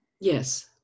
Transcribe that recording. yes